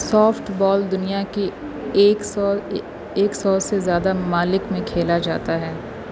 soft بال دنیا کی ایک سو ایک سو سے زیادہ ممالک میں کھیلا جاتا ہے